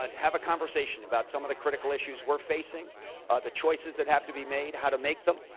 um have a conversation about some of the critical issues we're facing the choices that have to be made how to make them.